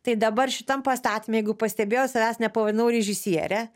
tai dabar šitam pastatyme jeigu pastebėjot savęs nepavadinau režisiere